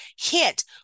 Hint